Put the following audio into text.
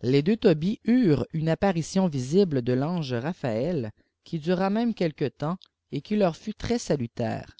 les deux tobies eurent une apparition visible de l'ange rapnaêl qui dura même quelque temps et qui leur fut très salutaire